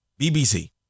BBC